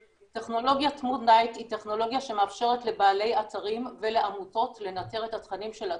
טכנולוגיה שמאפשרת לבעלי אתרים ועמותות לנטר את התכנים של עצמם,